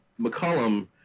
McCollum